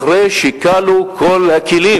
אחרי שכלו כל הכלים,